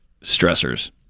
stressors